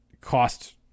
cost